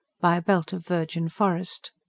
by a belt of virgin forest.